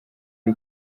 y’u